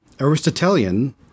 Aristotelian